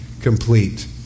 complete